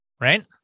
right